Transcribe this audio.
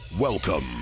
Welcome